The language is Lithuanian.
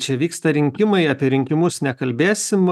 čia vyksta rinkimai apie rinkimus nekalbėsim